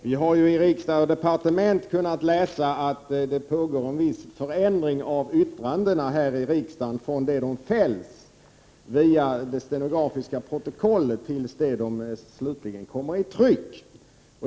Herr talman! Det är inte så säkert. Vi har i tidningen Från Riksdag & Departement kunnat läsa att det görs en viss förändring av yttrandena här i riksdagen från det att de fälls, via det stenografiska protokollet och tills de slutligen kommer i tryck.